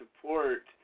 support